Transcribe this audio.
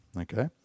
Okay